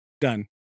Done